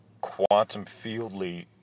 quantum-fieldly